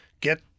get